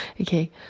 Okay